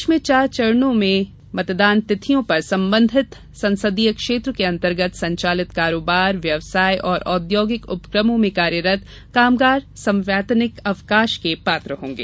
प्रदेश में चार चरणों में की मतदान तिथियों पर संबंधित संसदीय क्षेत्र के अंतर्गत संचालित कारोबार व्यवसाय और औद्योगिक उपक्रमों में कार्यरत कामगार संवैतनिक अवकाश के पात्र होंगे